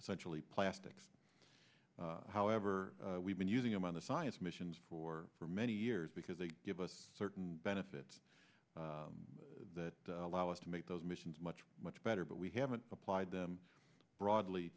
essentially plastics however we've been using them on the science missions for for many years because they give us certain benefits that allow us to make those missions much much better but we haven't applied them broadly